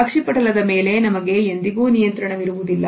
ಅಕ್ಷಿಪಟಲದ ಮೇಲೆ ನಮಗೆ ಎಂದಿಗೂ ನಿಯಂತ್ರಣವಿರುವುದಿಲ್ಲ